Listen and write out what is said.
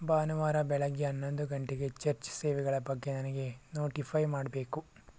ಭಾನುವಾರ ಬೆಳಗ್ಗೆ ಹನ್ನೊಂದು ಗಂಟೆಗೆ ಚರ್ಚ್ ಸೇವೆಗಳ ಬಗ್ಗೆ ನನಗೆ ನೋಟಿಫೈ ಮಾಡಬೇಕು